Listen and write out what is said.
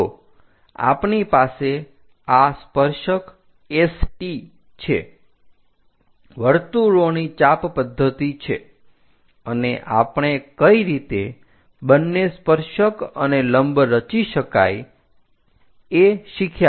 તો આપની પાસે આ સ્પર્શક ST છે વર્તુળોની ચાપ પદ્ધતિ છે અને આપણે કઈ રીતે બંને સ્પર્શક અને લંબ રચી શકાય છે એ શીખ્યા